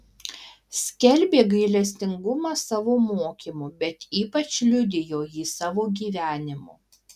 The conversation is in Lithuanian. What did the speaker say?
skelbė gailestingumą savo mokymu bet ypač liudijo jį savo gyvenimu